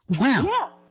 Wow